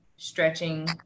stretching